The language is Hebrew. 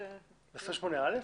ב-28 הרגיל.